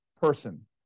person